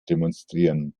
demonstrieren